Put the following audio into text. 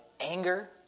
anger